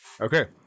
Okay